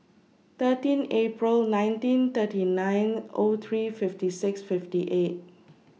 thirteen April nineteen thirty nine O three fifty six fifty eight